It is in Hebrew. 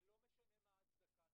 ולא משנה מה ההצדקה.